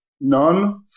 none